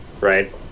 Right